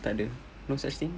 takde no such thing